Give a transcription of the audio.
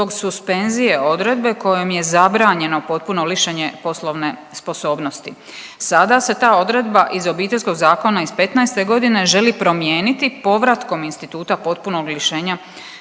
zbog suspenzije odredbe kojom je zabranjeno potpuno lišenje poslovne sposobnosti. Sada se ta odredba iz Obiteljskog zakona iz petnaeste godine želi promijeniti povratkom instituta potpunog lišenja